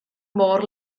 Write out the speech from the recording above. môr